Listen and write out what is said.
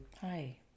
Hi